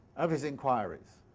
of his inquiries.